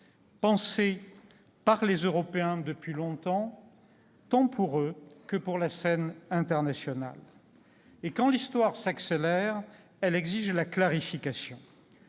pensés par les Européens depuis longtemps, tant pour eux que pour la scène internationale. Quand l'histoire s'accélère, elle exige la clarification,